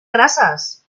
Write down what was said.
grasses